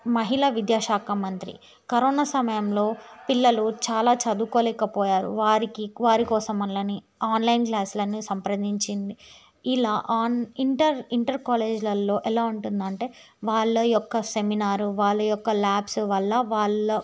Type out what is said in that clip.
మహిళా విద్యాశాఖ మంత్రి కరోనా సమయంలో పిల్లలు చాలా చదువుకోలేకపోయారు వారికి వారి కోసం మళ్ళని ఆన్లైన్ క్లాసులని సంప్రదించింది ఇలా ఆన్ ఇంటర్ ఇంటర్ కాలేజ్లలో ఎలా ఉంటుంది అంటే వాళ్ళ యొక్క సెమినారు వాళ్ళ యొక్క ల్యాబ్స్ వల్ల వాళ్ళ